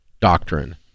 doctrine